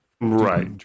Right